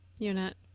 Unit